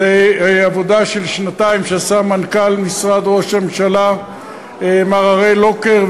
זו עבודה של שנתיים שעשה מנכ"ל משרד ראש הממשלה מר הראל לוקר,